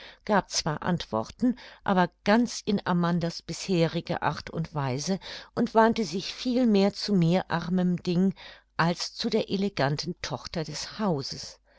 gab zwar antworten aber ganz in amanda's bisheriger art und weise und wandte sich viel mehr zu mir armen dinge als zu der eleganten tochter des hauses